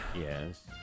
Yes